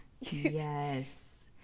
Yes